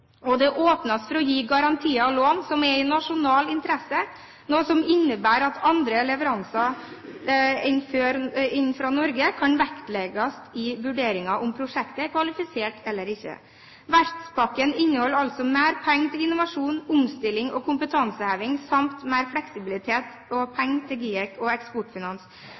Og det åpnes for å gi garantier og lån som er av nasjonal interesse, noe som innebærer at andre leveranser enn dem fra Norge kan vektlegges i vurderingen av om prosjektet er kvalifisert eller ikke. Verftspakken inneholder altså mer penger til innovasjon, omstilling og kompetanseheving samt mer fleksibilitet og penger til GIEK og Eksportfinans.